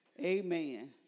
Amen